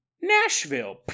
Nashville